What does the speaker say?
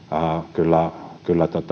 kyllä kyllä